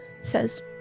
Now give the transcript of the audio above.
says